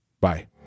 Bye